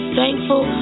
thankful